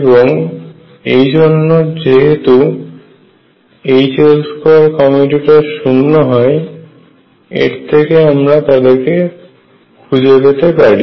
এবং এই জন্য যেহেতু H L2 শূন্য হয় এর থেকে আমরা তাদেরকে খুঁজে পেতে পারি